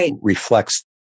reflects